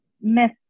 miss